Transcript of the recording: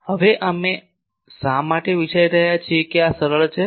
હવે અમે શા માટે વિચારી રહ્યા છીએ કે આ સરળ છે